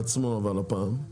בעצמו אבל הפעם,